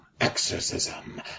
exorcism